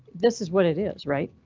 this is what it is, right?